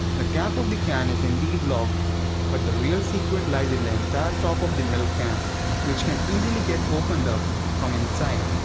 the cap of the can is indeed locked but the real secret lies in the entire top of the milk can which can easily get opened up from inside.